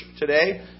today